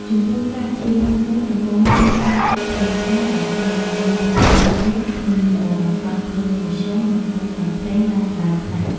ចំពោះ ការចៀននំវិញ ដំបូងយើងត្រូវចាក់ប្រេងឆាឱ្យច្រើនចូលទៅក្នងខ្ទះធំល្មម បើកភ្លើងមធ្យម និងទុកឱ្យប្រេងឡើងក្តៅខ្លាំង។